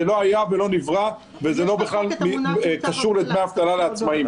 זה לא היה ולא נברא וזה לא בכלל קשור לדמי אבטלה לעצמאים.